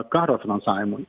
karo finansavimui